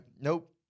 nope